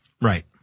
Right